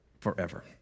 forever